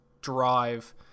drive